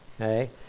Okay